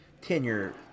tenure